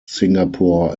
singapore